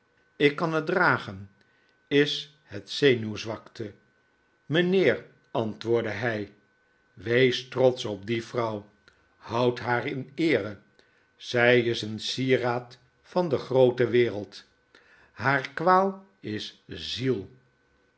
ik kan het dragen is het zenuwzwakte mijnheer antwoordde hij wees trotsch op die vrouw houd haar in eere zij is een sieraad van de groote wereld haar kwaal as ziel